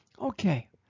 Okay